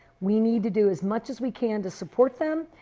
we need to do as much as we can to support them.